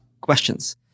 questions